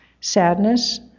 sadness